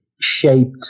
shaped